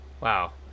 Wow